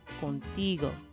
contigo